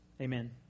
Amen